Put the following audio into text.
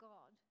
God